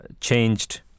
changed